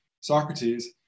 Socrates